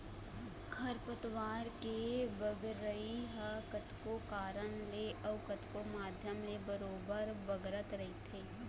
खरपतवार के बगरई ह कतको कारन ले अउ कतको माध्यम ले बरोबर बगरत रहिथे